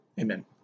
Amen